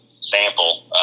sample